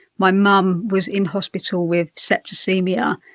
my mum was in hospital with septicaemia.